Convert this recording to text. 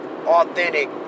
authentic